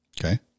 Okay